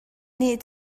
nih